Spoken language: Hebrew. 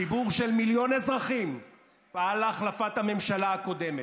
ציבור של מיליון אזרחים פעל להחלפת הממשלה הקודמת,